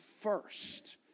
first